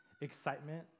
excitement